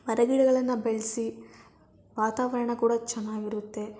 ಮರಗಿಡಗಳನ್ನು ಬೆಳೆಸಿ ವಾತಾವರಣ ಕೂಡ ಚೆನ್ನಾಗಿರುತ್ತೆ